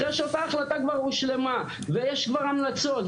אחרי שאותה החלטה כבר הושלמה ויש כבר המלצות,